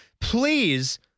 Please